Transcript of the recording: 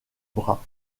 bras